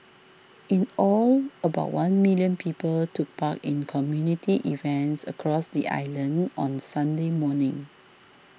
in all about one million people took part in community events across the island on Sunday morning